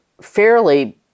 fairly